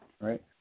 right